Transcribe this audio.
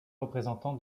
représentants